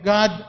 God